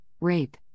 rape